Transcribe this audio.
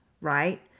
right